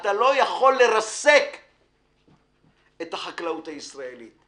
אתה לא יכול לרסק את החקלאות הישראלית.